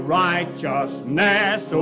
righteousness